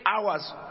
hours